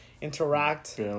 interact